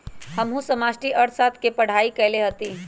हमहु समष्टि अर्थशास्त्र के पढ़ाई कएले हति